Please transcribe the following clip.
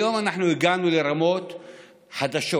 היום אנחנו הגענו לרמות חדשות.